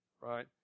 Right